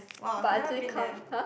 s~ but actually count !huh!